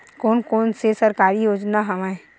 कोन कोन से सरकारी योजना हवय?